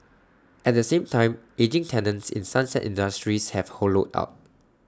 at the same time ageing tenants in sunset industries have hollowed out